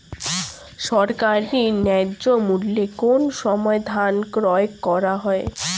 সরকারি ন্যায্য মূল্যে কোন সময় ধান ক্রয় করা হয়?